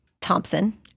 Thompson